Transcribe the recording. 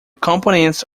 components